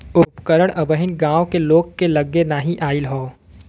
उपकरण अबहिन गांव के लोग के लगे नाहि आईल हौ